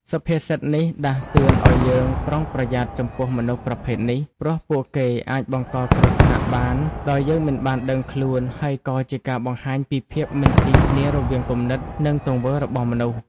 សុភាសិតនេះដាស់តឿនឱ្យយើងប្រុងប្រយ័ត្នចំពោះមនុស្សប្រភេទនេះ ព្រោះពួកគេអាចបង្កគ្រោះថ្នាក់បានដោយយើងមិនបានដឹងខ្លួន ហើយក៏ជាការបង្ហាញពីភាពមិនស៊ីគ្នារវាងគំនិត និងទង្វើរបស់មនុស្ស។